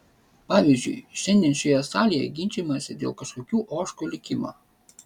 pavyzdžiui šiandien šioje salėje ginčijamasi dėl kažkokių ožkų likimo